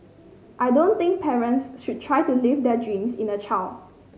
I don't think parents should try to live their dreams in a child